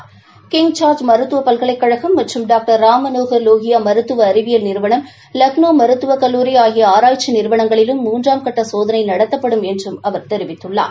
இந்த சோதனை King George மருத்துவ பல்கலைக்கழகம் மற்றம் டாக்டர் ராம் மனோகர் வோகியா மருத்துவ அறிவியல் நிறுவனம் லக்ளோ மருத்துவக் கல்லூரி ஆகிய ஆராய்ச்சி நிறுவனங்களிலும் மூன்றாம் கட்ட சோதனை நடத்தப்படும் என்றும் அவர் தெரிவித்துள்ளார்